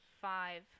five